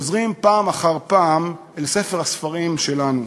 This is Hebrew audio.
חוזרים פעם אחר פעם אל ספר הספרים שלנו.